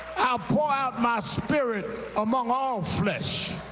ah pour out my spirit among all flesh.